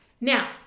Now